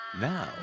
Now